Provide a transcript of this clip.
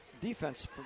defense